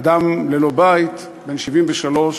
אדם ללא בית, בן 73,